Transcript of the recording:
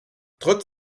trotz